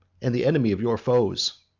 and the enemy of your foes.